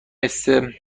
مثل